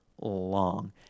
long